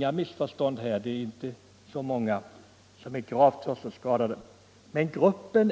Visst är dessa människor en